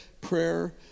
prayer